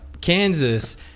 Kansas